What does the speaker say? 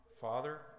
Father